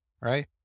right